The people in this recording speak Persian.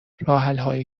راهحلهایی